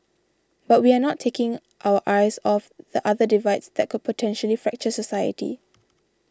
but we are not taking our eyes off the other divides that could potentially fracture society